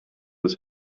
was